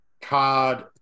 card